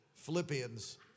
Philippians